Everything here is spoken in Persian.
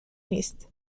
نیست